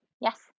Yes